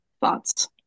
thoughts